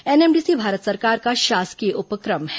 NMDC Bharat सरकार का शासकीय उपक्रम है